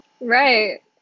right